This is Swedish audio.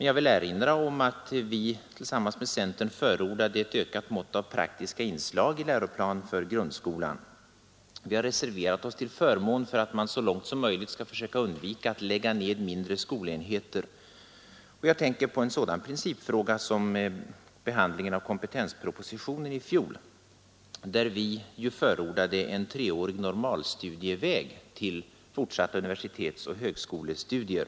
Jag vill erinra om att vi tillsammans med centern förordade ett ökat mått av praktiska inslag i läroplan för grundskolan. Vi har reserverat oss för att man så långt som möjligt skall försöka undvika att lägga ned mindre skolenheter. Jag tänker på en sådan principfråga som behandlingen av kompetenspropositionen i fjol, där vi förordade en treårig normalstudieväg till fortsatta universitetsoch högskolestudier.